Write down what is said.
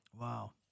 Wow